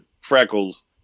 freckles